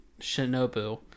Shinobu